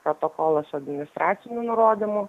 protokolas administraciniu nurodymu